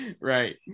Right